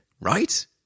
right